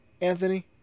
Anthony